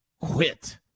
quit